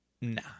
nah